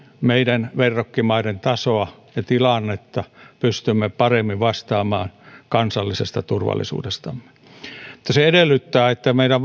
meidän verrokkimaidemme tasoa ja tilannetta pystymme paremmin vastaamaan kansallisesta turvallisuudestamme mutta se edellyttää että meidän